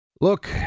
Look